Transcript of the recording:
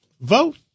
vote